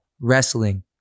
wrestling